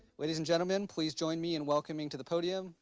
ladies and gentlemen, please join me in welcoming to the podium,